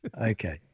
Okay